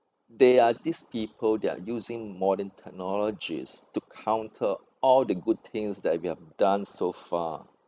there are these people that are using modern technologies to counter all the good things that we've done so far